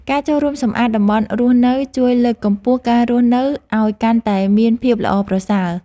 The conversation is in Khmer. ការចូលរួមសម្អាតតំបន់រស់នៅជួយលើកកម្ពស់ការរស់នៅឲ្យកាន់តែមានភាពល្អប្រសើរ។